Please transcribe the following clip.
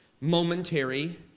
momentary